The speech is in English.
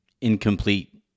incomplete